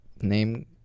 name